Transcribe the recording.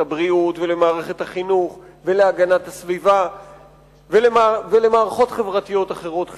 הבריאות ולמערכת החינוך ולהגנת הסביבה ולמערכות חברתיות אחרות חיוניות.